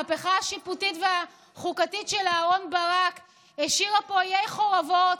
המהפכה השיפוטית והחוקתית של אהרן ברק השאירה פה עיי חורבות.